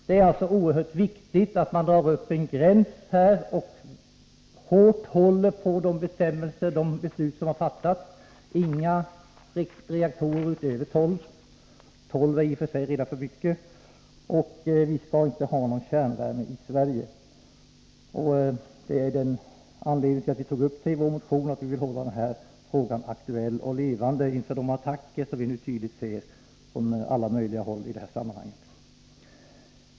Det är alltså oerhört viktigt att dra upp en gräns och hårt hålla på de bestämmelser som gäller och de beslut som har fattats: inga reaktorer utöver tolv — tolv är i och för sig redan för många — och vi skall inte ha någon kärnvärme i Sverige. Anledningen till att vi tog upp detta i vår motion är naturligtvis att vi vill hålla frågan aktuell och levande inför de attacker som vi nu tydligt ser från alla möjliga håll i detta sammanhang.